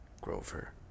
Grover